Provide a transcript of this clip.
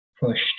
pushed